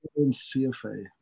CFA